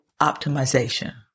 Optimization